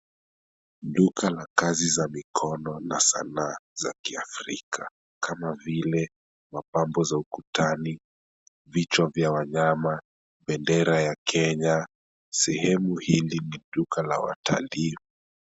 Duka la kazi za mikono na sanaa za kiafrika kama vile; mapambo za ukutani, vichwa vya wanyama, bendera ya Kenya. Sehemu hili ni duka la watalii.